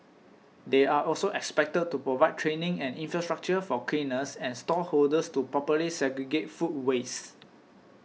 they are also expected to provide training and infrastructure for cleaners and stall holders to properly segregate food waste